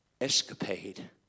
escapade